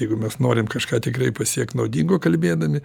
jeigu mes norim kažką tikrai pasiekt naudingo kalbėdami